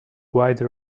white